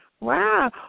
Wow